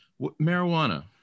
marijuana